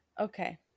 Okay